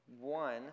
one